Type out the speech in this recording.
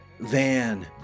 Van